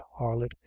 harlot